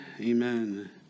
Amen